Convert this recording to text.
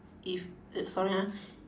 if sorry ah